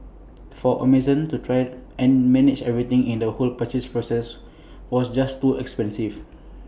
for Amazon to try and manage everything in the whole purchase process was just too expensive